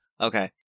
Okay